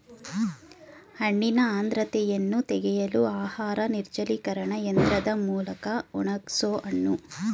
ಹಣ್ಣಿನ ಆರ್ದ್ರತೆಯನ್ನು ತೆಗೆಯಲು ಆಹಾರ ನಿರ್ಜಲೀಕರಣ ಯಂತ್ರದ್ ಮೂಲ್ಕ ಒಣಗ್ಸೋಹಣ್ಣು